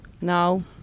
No